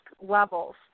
levels